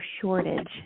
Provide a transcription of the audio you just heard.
shortage